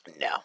No